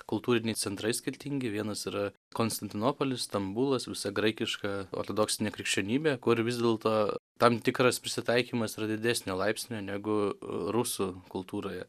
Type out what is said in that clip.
kultūriniai centrai skirtingi vienas ir konstantinopolis stambulas visa graikiška ortodoksinė krikščionybė kur vis dėlto tam tikras prisitaikymas yra didesnio laipsnio negu rusų kultūroje